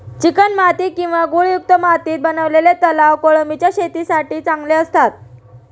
चिकणमाती किंवा गाळयुक्त मातीत बनवलेले तलाव कोळंबीच्या शेतीसाठी चांगले असतात